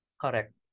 correct